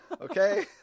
Okay